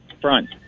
Front